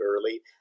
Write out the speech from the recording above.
early